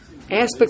aspects